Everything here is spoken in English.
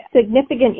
significant